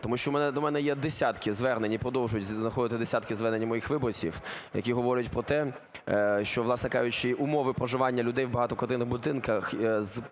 тому що до мене є десятки звернень, і продовжують надходити десятки звернень моїх виборців, які говорять про те, що, власне кажучи, умови проживання людей в багатоквартирних будинках,